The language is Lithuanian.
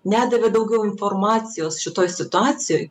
nedavė daugiau informacijos šitoj situacijoj